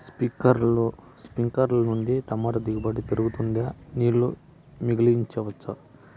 స్ప్రింక్లర్లు నుండి టమోటా దిగుబడి పెరుగుతుందా? నీళ్లు మిగిలించవచ్చా?